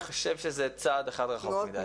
אני חושב שזה צעד אחד רחוק מדי.